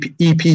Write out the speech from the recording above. EP